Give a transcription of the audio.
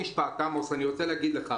עמוס, אני רוצה להגיד עוד משפט.